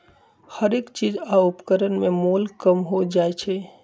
हरेक चीज आ उपकरण में मोल कम हो जाइ छै